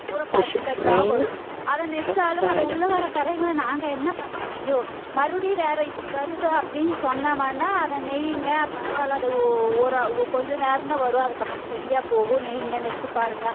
பூரா கருப்பு கருப்பாக வரும் அதை நெஸ்ஸாலும் அது உள்ளே வர கறைகள நாங்கள் என்ன பண்ண முடியும் மறுபடியும் வேறு இப்படி வருது அப்படின்னு சொன்னோமன்னா அதை நெய்யுங்க பரவாயில்ல அது ஒ ஒரு கொஞ்சம் நேரந்தான் வரும் அதுக்கப்புறம் சரியாக போகும் நெய்யுங்க நெஸ்ஸு பாருங்கள்